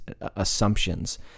assumptions